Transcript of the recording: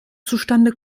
zustande